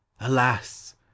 alas